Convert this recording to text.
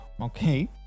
okay